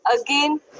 again